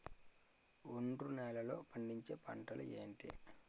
ఒండ్రు నేలలో పండించే పంటలు ఏంటి?